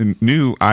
new